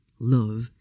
love